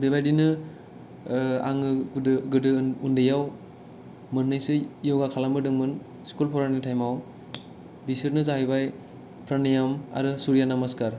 बेबादिनो आङो गोदो गोदो उन्दैयाव मोननैसो यगा खालामबोदोंमोन स्खुल फरायनाय थाएमाव बेसोरनो जायैबाय थारनियाम आरो सुर्य नमसखार